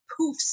poofs